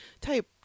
type